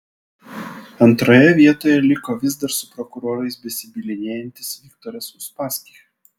antroje vietoje liko vis dar su prokurorais besibylinėjantis viktoras uspaskich